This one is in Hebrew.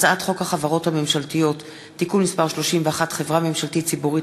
הצעת חוק החברות הממשלתיות (תיקון מס' 31) (חברה ממשלתית ציבורית),